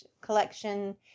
collection